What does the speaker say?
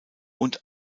und